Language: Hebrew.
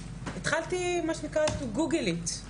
התחלתי מה שנקרא To google it,